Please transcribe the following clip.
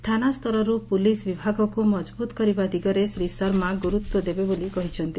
ଥାନା ସ୍ତରରୁ ପୁଲିସ୍ ବିଭାଗକୁ ମଜବୁତ କରିବା ଦିଗରେ ଶ୍ରୀ ଶର୍ମା ଗୁରୁତ୍ୱ ଦେବେ ବୋଲି କହିଛନ୍ତି